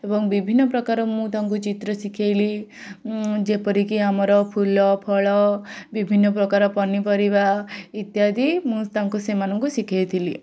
ଏବଂ ବିଭିନ୍ନ ପ୍ରକାର ମୁଁ ତାଙ୍କୁ ଚିତ୍ର ଶିଖେଇଲି ଯେପରିକି ଆମର ଫୁଲଫଳ ବିଭିନ୍ନ ପ୍ରକାର ପନିପରିବା ଇତ୍ୟାଦି ମୁଁ ତାଙ୍କୁ ସେମାନଙ୍କୁ ଶିଖେଇଥିଲି